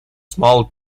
small